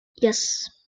yes